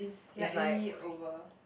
slightly over